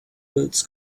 bills